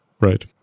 right